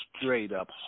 straight-up